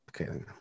okay